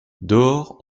dehors